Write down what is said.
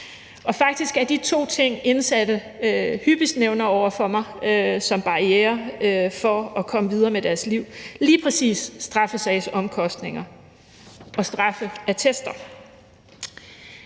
Og faktisk er de to ting, som indsatte hyppigst nævner over for mig som barrierer for at komme videre med deres liv, lige præcis straffesagsomkostninger og straffeattester.